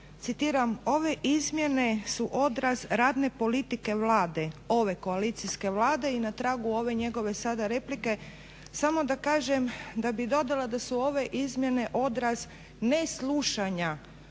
rekao: "Ove izmjene su odraz radne politike Vlade, ove koalicijske Vlade." i na tragu ove njegove sada replike samo da kažem, da bi dodala da su ove izmjene odraz ne slušanja